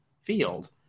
field